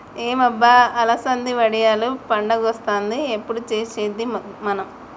ఏం అబ్బ అలసంది వడియాలు పండగొస్తాంది ఎప్పుడు తెచ్చేది మనం